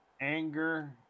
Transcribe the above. Anger